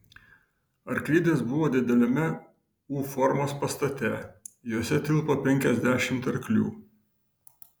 arklidės buvo dideliame u formos pastate jose tilpo penkiasdešimt arklių